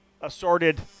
assorted